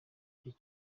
igihe